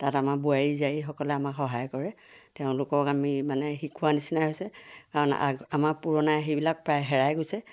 তাত আমাৰ বোৱাৰী জীয়াৰীসকলে আমাক সহায় কৰে তেওঁলোকক আমি মানে শিকোৱা নিচিনাই হৈছে কাৰণ আমাৰ পুৰণা সেইবিলাক প্ৰায় হেৰাই গৈছে